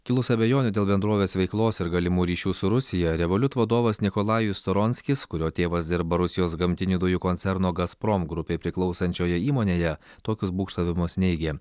kilus abejonių dėl bendrovės veiklos ir galimų ryšių su rusija revoliut vadovas nikolajus storonskis kurio tėvas dirba rusijos gamtinių dujų koncerno gazprom grupei priklausančioje įmonėje tokius būgštavimus neigė